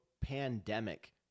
pandemic